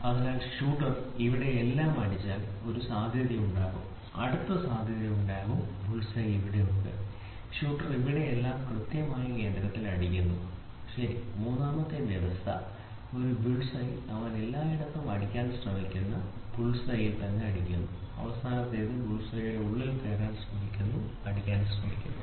അതിനാൽ ഷൂട്ടർ ഇവിടെ എല്ലാം അടിച്ചാൽ ഒരു സാധ്യതയുണ്ടാകാം അടുത്ത സാധ്യത ഉണ്ടാകാം ബുൾസ് ഐ ഇവിടെയുണ്ട് ഷൂട്ടർ ഇവിടെ എല്ലാം കൃത്യമായി കേന്ദ്രത്തിൽ അടിക്കുന്നു ശരി മൂന്നാമത്തെ വ്യവസ്ഥ ഇത് ഒരു ബുൾസ് ഐ അവൻ എല്ലായിടത്തും അടിക്കാൻ ശ്രമിക്കുന്ന ബുൾസ് ഐ ൽ അടിക്കുന്നു അവസാനത്തേത് ബുൾസ് ഐയുടെ ഉള്ളിൽ കയറാൻ ശ്രമിക്കുന്നു അടിക്കാൻ ശ്രമിക്കുന്നു